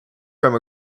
from